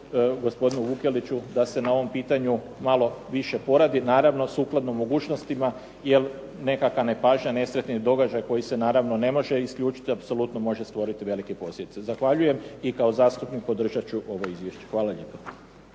gospodinu Vukeliću, da se na ovom pitanju malo više poradi naravno sukladno mogućnostima jer nekakva nepažnja, nesretni događaj koji se naravno ne može isključiti apsolutno može stvoriti velike posljedice. Zahvaljujem i kao zastupnik podržat ću ovo izvješće. Hvala lijepa.